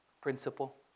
principle